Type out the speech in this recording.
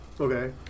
Okay